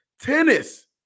Tennis